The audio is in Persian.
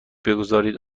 بگذارید